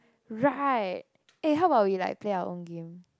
right eh how about we like play our own game